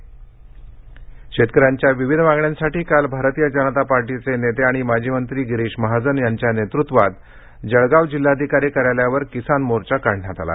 मोर्चा शेतकऱ्यांच्या विविध मागण्यासाठी काल भारतीय जनता पक्षाचे नेते आणि माजी मंत्री गिरीश महाजन यांच्या नेतृत्वात जळगाव जिल्हाधिकारी कार्यालयावर किसान मोर्चा काढण्यात आला